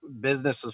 businesses